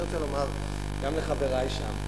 אני רוצה לומר גם לחברי שם,